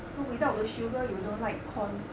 so without the sugar you don't like corn